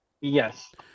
Yes